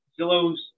Zillow's